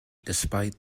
despite